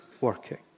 working